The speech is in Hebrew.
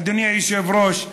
אדוני היושב-ראש,